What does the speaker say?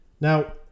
Now